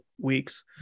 weeks